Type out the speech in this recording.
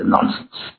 Nonsense